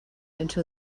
into